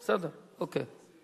בסדר, אוקיי.